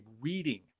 reading